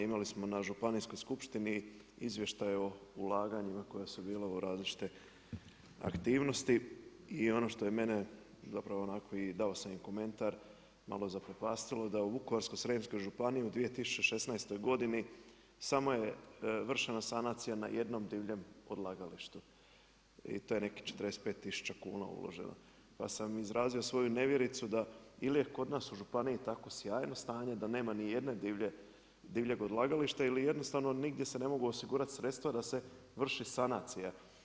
Imali smo na županijskoj skupštini izvještaje o ulaganjima koje su bila u različite aktivnosti i ono što je mene zapravo onako i dao sam komentar, malo zaprepastilo da u Vukovarsko-srijemskoj županiji u 2016. godini samo je vršena sanacija na jednom divljem odlagalištu i to je nekih 45 tisuća kuna uloženo, pa sam izrazio svoju nevjericu da ili je kod nas u županiji tako sjajno stanje da nema nijedne divljeg odlagališta ili jednostavno nigdje se ne mogu osigurati sredstva da se vrši sanacija.